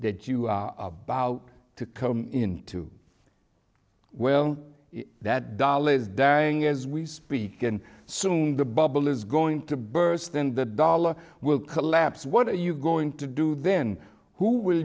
that you are about to come into well that dollar is dying as we speak and soon the bubble is going to burst and the dollar will collapse what are you going to do then who will